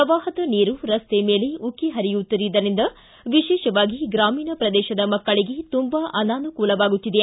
ಪ್ರವಾಹದ ನೀರು ರಸ್ತೆ ಮೇಲೆ ಉಕ್ಕಿ ಪರಿಯುತ್ತಿರುವುದರಿಂದ ವಿಶೇಷವಾಗಿ ಗ್ರಾಮೀಣ ಪ್ರದೇಶದ ಮಕ್ಕಳಿಗೆ ತುಂಬಾ ಅನಾನುಕೂಲವಾಗುತ್ತಿದೆ